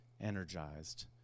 energized